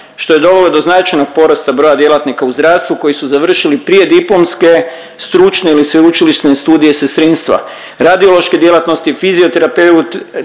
što je dovelo do značajnog porasta broja djelatnika u zdravstvu koji su završili prijediplomske, stručne ili sveučilišne studije sestrinstva, radiološke djelatnosti, fizioterapeutije,